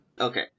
Okay